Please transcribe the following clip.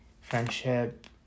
friendship